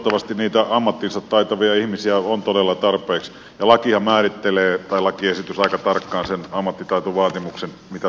toivottavasti niitä ammattinsa taitavia ihmisiä on todella tarpeeksi ja lakiesityshän määrittelee aika tarkkaan sen ammattitaitovaatimuksen mitä tässä vaaditaan